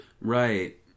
Right